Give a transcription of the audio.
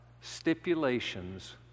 stipulations